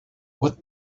what